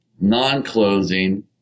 non-closing